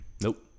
Nope